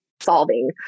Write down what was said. solving